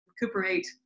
recuperate